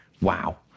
wow